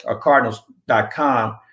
cardinals.com